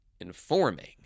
informing